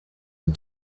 and